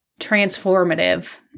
transformative